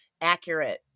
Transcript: accurate